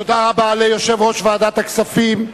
תודה רבה ליושב-ראש ועדת הכספים.